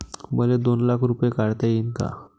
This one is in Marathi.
मले दोन लाख रूपे काढता येईन काय?